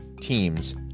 teams